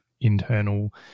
internal